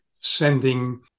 sending